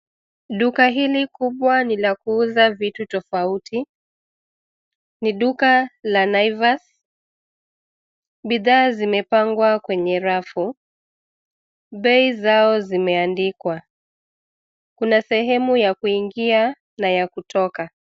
Duka hili kubwa ni la kuuza vitu tofauti. Ni duka la Naivas. Bidhaa zimepangwa kwenye rafu. Bei zao zimeandikwa. Kuna sehemu ya kuingia na ya kutoka.